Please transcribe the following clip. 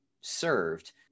served